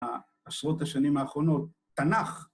עשרות השנים האחרונות,‫תנ"ך.